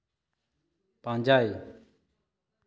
ᱯᱟᱸᱡᱟᱭ